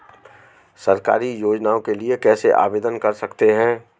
सरकारी योजनाओं के लिए कैसे आवेदन कर सकते हैं?